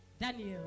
Daniel